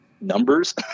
numbers